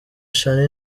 charly